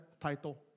title